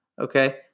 okay